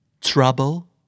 trouble